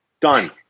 Done